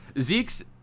Zeke's